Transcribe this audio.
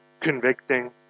convicting